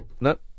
No